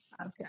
Okay